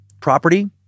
property